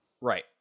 Right